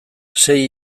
sei